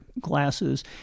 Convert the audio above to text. glasses